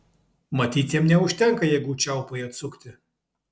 matyt jam neužtenka jėgų čiaupui atsukti